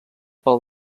pel